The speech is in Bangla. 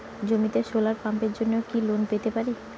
জমিতে সোলার পাম্পের জন্য কি লোন পেতে পারি?